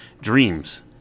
dreams